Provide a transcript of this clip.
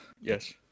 Yes